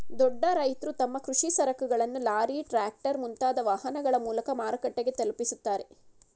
ದೊಡ್ಡ ರೈತ್ರು ತಮ್ಮ ಕೃಷಿ ಸರಕುಗಳನ್ನು ಲಾರಿ, ಟ್ರ್ಯಾಕ್ಟರ್, ಮುಂತಾದ ವಾಹನಗಳ ಮೂಲಕ ಮಾರುಕಟ್ಟೆಗೆ ತಲುಪಿಸುತ್ತಾರೆ